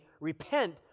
Repent